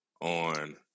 on